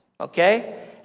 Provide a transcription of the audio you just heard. okay